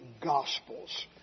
Gospels